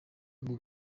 ubwo